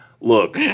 Look